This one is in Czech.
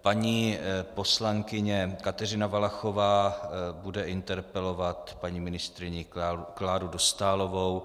Paní poslankyně Kateřina Valachová bude interpelovat paní ministryni Kláru Dostálovou.